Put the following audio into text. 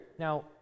Now